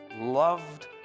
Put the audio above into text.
loved